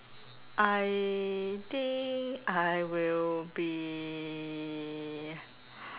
I think I will be